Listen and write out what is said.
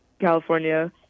California